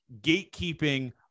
gatekeeping